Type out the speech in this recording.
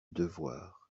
devoir